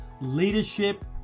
leadership